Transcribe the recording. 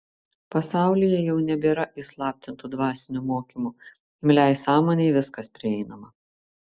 pasaulyje jau nebėra įslaptintų dvasinių mokymų imliai sąmonei viskas prieinama